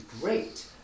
great